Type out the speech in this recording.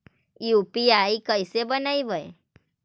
UPI कैसे बनइबै?